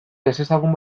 ezezagun